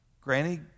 Granny